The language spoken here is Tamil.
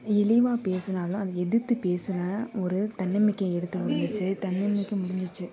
இழிவா பேசுனாலோ அது எதுர்த்து பேசுற ஒரு தன்னம்பிக்கை எடுத்து வந்துச்சு தன்னம்பிக்கை முடிஞ்சுச்சு